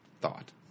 thought